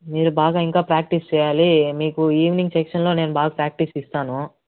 మీరు బాగా ఇంకా ప్రాక్టీస్ చెయ్యాలీ మీకు ఈవినింగ్ సెక్షన్లో నేను బాగా ప్రాక్టీస్ ఇస్తాను